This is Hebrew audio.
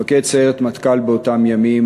מפקד סיירת מטכ"ל באותם ימים,